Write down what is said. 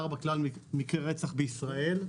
ל-134 מקרי רצח בישראל.